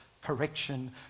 correction